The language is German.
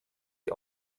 die